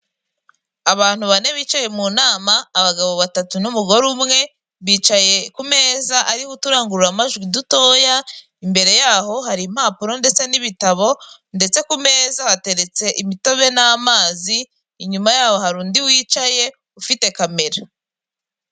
Abantu bane bicaye mu nama abagabo batatu n'umugore umwe, bicaye ku meza ariho uturangururamajwi dutoya imbere yaho hari impapuro ndetse n'ibitabo ndetse ku meza hateretse imitobe n'amazi, inyuma yaho hari undi wicaye ufite kamera.